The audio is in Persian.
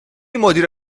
مدیر